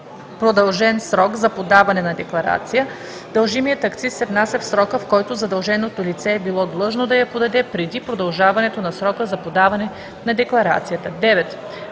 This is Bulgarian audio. продължен срок за подаване на декларация, дължимият акциз се внася в срока, в който задълженото лице е било длъжно да я подаде, преди продължаването на срока за подаване на декларацията.“ 9.